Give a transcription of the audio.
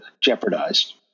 jeopardized